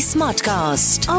Smartcast